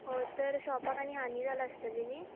हय तर शोपाक आनी हानी जाला आसतली न्ही